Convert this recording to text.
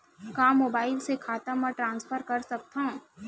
का मोबाइल से खाता म ट्रान्सफर कर सकथव?